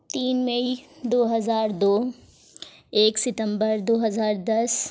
تین مئی دو ہزار دو ایک ستمبر دو ہزار دس